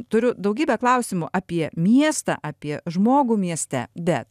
turiu daugybę klausimų apie miestą apie žmogų mieste bet